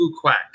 quack